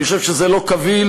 אני חושב שזה לא קביל,